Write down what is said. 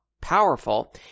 powerful